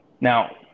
now